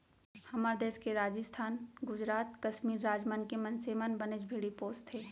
हमर देस के राजिस्थान, गुजरात, कस्मीर राज मन के मनसे मन बनेच भेड़ी पोसथें